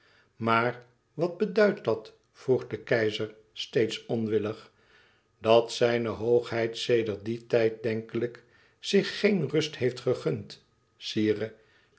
maar wat beduidt dat vroeg de keizer steeds onwillig dat zijne hoogheid sedert dien tijd denkelijk zich geen rust heeft gegund sire